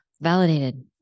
validated